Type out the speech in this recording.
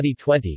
2020